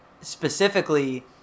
specifically